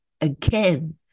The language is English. Again